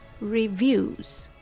reviews